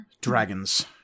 dragons